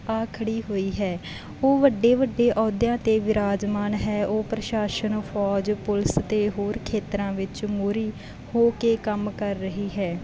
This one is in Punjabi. ਆ ਖੜ੍ਹੀ ਹੋਈ ਹੈ ਉਹ ਵੱਡੇ ਵੱਡੇ ਅਹੁਦਿਆਂ 'ਤੇ ਬਿਰਾਜਮਾਨ ਹੈ ਉਹ ਪ੍ਰਸ਼ਾਸਨ ਫੌਜ ਪੁਲਿਸ ਅਤੇ ਹੋਰ ਖੇਤਰਾਂ ਵਿੱਚ ਮੋਹਰੀ ਹੋ ਕੇ ਕੰਮ ਕਰ ਰਹੀ ਹੈ